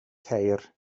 ceir